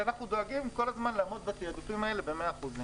ואנחנו דואגים כל הזמן לעמוד בתעדופים האלה ב-100%.